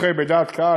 מומחה בדעת קהל,